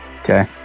Okay